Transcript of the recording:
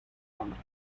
hombre